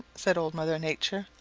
said old mother nature.